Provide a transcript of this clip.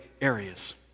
areas